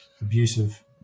abusive